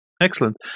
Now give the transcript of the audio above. Excellent